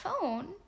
phone